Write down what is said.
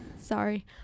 sorry